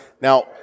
Now